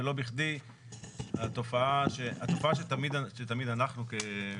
ולא בכדי התופעה שתמיד אנחנו,